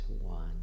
One